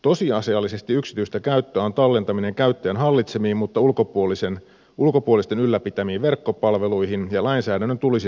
tosiasiallisesti yksityistä käyttöä on tallentaminen käyttäjän hallitsemiin mutta ulkopuolisten ylläpitämiin verkkopalveluihin ja lainsäädännön tulisi se tunnustaa